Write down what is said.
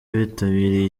bitabiriye